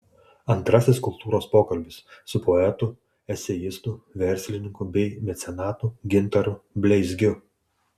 antrasis kultūros pokalbis su poetu eseistu verslininku bei mecenatu gintaru bleizgiu